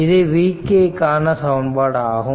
இது vk க்கான சமன்பாடு ஆகும்